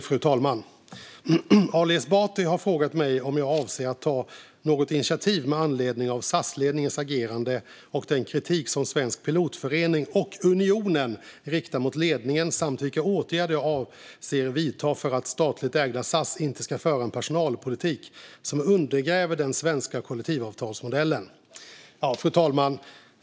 Fru talman! har frågat mig om jag avser att ta något initiativ med anledning av SAS-ledningens agerande och den kritik som Svensk Pilotförening och Unionen riktar mot ledningen samt vilka åtgärder jag avser att vidta för att statligt ägda SAS inte ska föra en personalpolitik som undergräver den svenska kollektivavtalsmodellen. Fru talman!